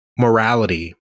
morality